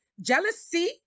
Jealousy